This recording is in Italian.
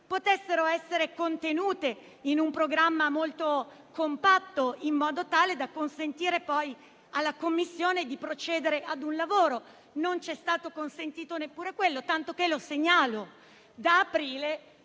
potessero essere contenute in un programma molto compatto, in modo tale da consentire alla Commissione di procedere; non ci è stato consentito neppure quello, tanto che da aprile